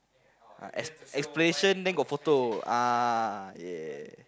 ah ex~ explanation then got photo ah yeah